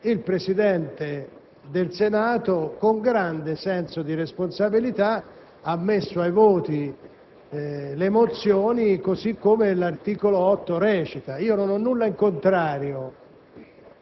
il Presidente del Senato, con grande senso di responsabilità, ha messo ai voti le mozioni così come l'articolo 8 recita. Io non ho nulla in contrario